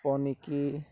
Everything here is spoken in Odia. ପନିକି